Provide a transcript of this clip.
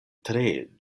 tre